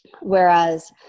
Whereas